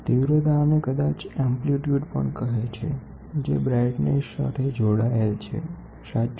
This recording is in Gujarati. તીવ્રતાને કદાચ એમપ્લીટયુડ પણ કહે છે જે બ્રાઇટનેસ સાથે જોડાયેલ છે સાચું